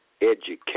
education